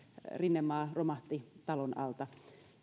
rinnemaa romahti talon alta